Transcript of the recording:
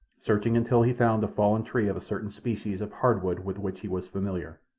searching until he found a fallen tree of a certain species of hardwood with which he was familiar.